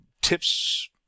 Tips